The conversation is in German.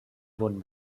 wurden